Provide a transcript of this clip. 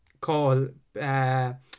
call